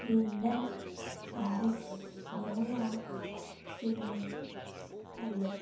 London Paris New York Sydney L E